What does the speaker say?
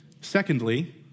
Secondly